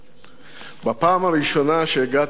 בפעם הראשונה שהגעתי לוועדה,